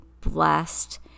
blessed